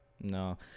No